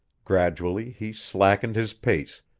gradually he slackened his pace,